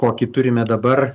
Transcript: kokį turime dabar